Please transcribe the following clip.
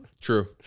True